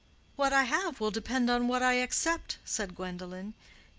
what i have will depend on what i accept, said gwendolen.